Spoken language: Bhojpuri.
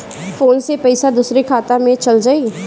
फ़ोन से पईसा दूसरे के खाता में चल जाई?